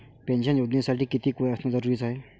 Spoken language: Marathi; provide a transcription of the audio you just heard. पेन्शन योजनेसाठी कितीक वय असनं जरुरीच हाय?